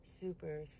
Super